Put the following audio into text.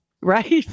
right